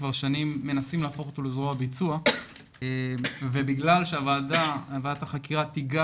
כבר שנים מנסים להפוך אותו לזרוע ביצוע ובגלל שוועדת החקירה תיגע